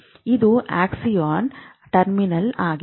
ಇದು axon terminal ಆಗಿದೆ